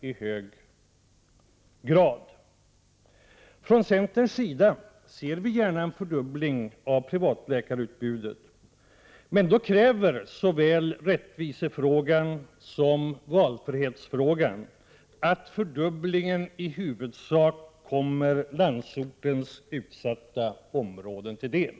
Från centerpartiets sida ser vi gärna en fördubbling av privatläkarutbudet, men då kräver såväl rättvisa som valfrihet att fördubblingen i huvudsak kommer landsortens utsatta områden till del.